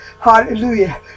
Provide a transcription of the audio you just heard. Hallelujah